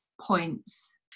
points